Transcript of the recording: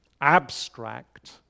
abstract